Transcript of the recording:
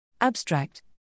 Abstract